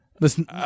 Listen